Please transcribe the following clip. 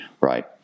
Right